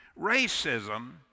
Racism